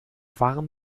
waren